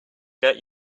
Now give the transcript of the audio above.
get